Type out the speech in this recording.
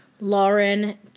Lauren